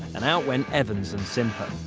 and out went evans and simper.